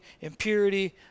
impurity